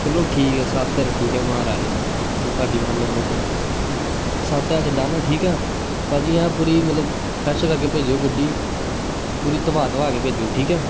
ਚਲੋ ਠੀਕ ਹੈ ਸੱਤ ਹਜ਼ਾਰ ਠੀਕ ਹੈ ਮਹਾਰਾਜ ਚਲੋ ਤੁਹਾਡੀ ਮੰਨ ਲੈਂਦੇ ਹਾਂ ਸੱਤ ਹਜ਼ਾਰ 'ਚ ਡਨ ਠੀਕ ਆ ਭਾਅ ਜੀ ਐਨ ਪੂਰੀ ਮਤਲਬ ਫਰੈਸ਼ ਕਰਕੇ ਭੇਜਿਓ ਗੱਡੀ ਪੂਰੀ ਧਵਾ ਧਵਾ ਕੇ ਭੇਜਿਓ ਠੀਕ ਹੈ